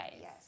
Yes